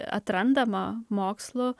atrandama mokslu